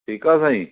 ठीकु आहे साईं